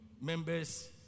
members